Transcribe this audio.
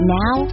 now